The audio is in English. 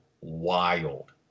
wild